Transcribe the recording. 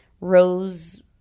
rose